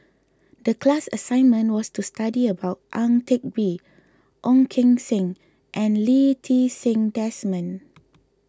the class assignment was to study about Ang Teck Bee Ong Keng Sen and Lee Ti Seng Desmond